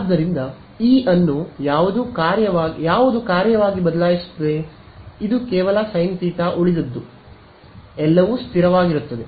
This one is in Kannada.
ಆದ್ದರಿಂದ E ಅನ್ನು ಯಾವುದು ಕಾರ್ಯವಾಗಿ ಬದಲಾಯಿಸುತ್ತದೆ ಇದು ಕೇವಲ ಸೈನ್ ತೀಟಾ ಉಳಿದದ್ದು ಎಲ್ಲವೂ ಸ್ಥಿರವಾಗಿರುತ್ತದೆ